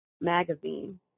magazine